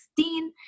16